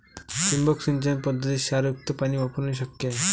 ठिबक सिंचन पद्धतीत क्षारयुक्त पाणी वापरणे शक्य आहे